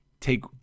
take